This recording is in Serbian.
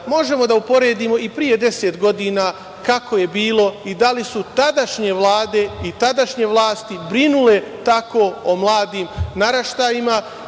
njima. Možemo da uporedimo i pre deset godina kako je bilo i da li su tadašnje vlade i tadašnje vlasti brinule tako o mladim naraštajima